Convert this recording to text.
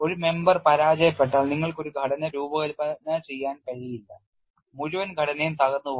ഒരു member പരാജയപ്പെട്ടാൽ നിങ്ങൾക്ക് ഒരു ഘടന രൂപകൽപ്പന ചെയ്യാൻ കഴിയില്ല മുഴുവൻ ഘടനയും തകർന്നുപോകും